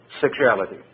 sexuality